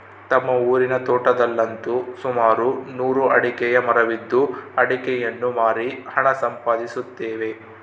ನಮ್ಮ ಊರಿನ ತೋಟದಲ್ಲಂತು ಸುಮಾರು ನೂರು ಅಡಿಕೆಯ ಮರವಿದ್ದು ಅಡಿಕೆಯನ್ನು ಮಾರಿ ಹಣ ಸಂಪಾದಿಸುತ್ತೇವೆ